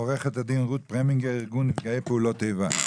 עו"ד רות פרמינגר מארגון נפגעי פעולות איבה,